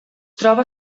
troba